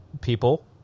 people